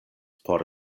por